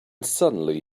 suddenly